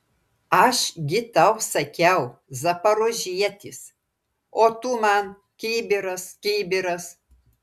aš gi tau sakiau zaporožietis o tu man kibiras kibiras